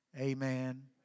amen